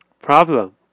problem